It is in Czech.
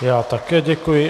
Já také děkuji.